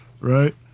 right